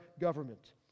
government